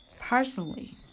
Personally